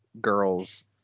girls